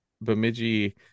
Bemidji